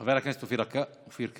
חבר הכנסת אופיר כץ,